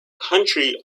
country